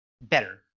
better